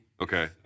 okay